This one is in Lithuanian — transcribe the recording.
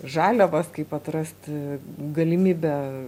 žaliavas kaip atrasti galimybę